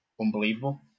unbelievable